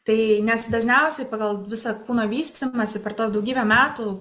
tai nes dažniausiai pagal visą kūno vystymąsi per tuos daugybę metų